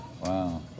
Wow